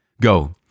Go